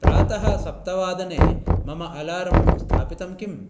प्रातः सप्तवादने मम अलार्म् स्थापितं किम्